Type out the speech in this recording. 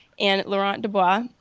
and lauren dubois,